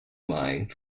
mind